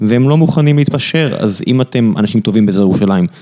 והם לא מוכנים להתפשר, אז אם אתם אנשים טובים באיזור ירושלים